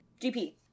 GP